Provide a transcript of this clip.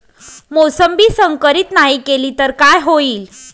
मोसंबी संकरित नाही केली तर काय होईल?